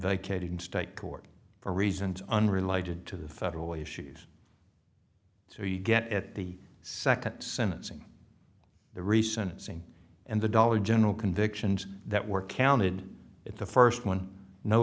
vacated in state court for reasons unrelated to the federal issues so you get at the second sentencing the recent sing and the dollar general convictions that were counted it's the first one no